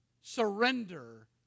surrender